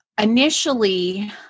initially